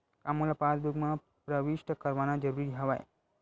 का मोला पासबुक म प्रविष्ट करवाना ज़रूरी हवय?